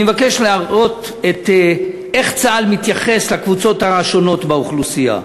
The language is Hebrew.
אני מבקש להראות איך צה"ל מתייחס לקבוצות השונות באוכלוסייה.